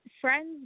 friends